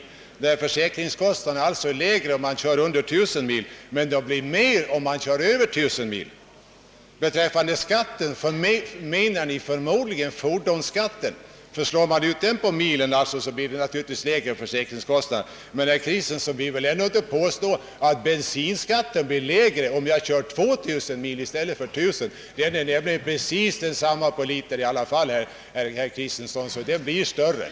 Det innebär att försäkringspremien blir lägre om man kör under 1 000 mil och att de blir högre om man kör mer. Beträffande skatten menar ni förmodligen fordonsskatten. Slår man ut den på fler mil blir det naturligtvis lägre milkostnader, men herr Kristenson vill väl ändå inte påstå att bensinskatten blir lägre om jag kör 2000 mil än om jag kör 1 000 mil. Bensinskatten är nämligen precis densamma per liter oavsett om jag kör långt eller kort.